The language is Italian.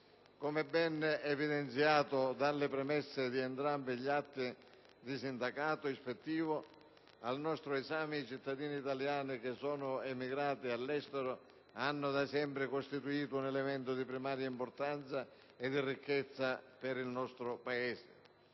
Come ben evidenziato dalle premesse degli atti di sindacato ispettivo al nostro esame, i cittadini italiani emigrati all'estero hanno da sempre costituito un elemento di primaria importanza e di ricchezza per il nostro Paese.